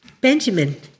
Benjamin